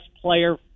player